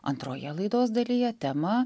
antroje laidos dalyje tema